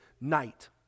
night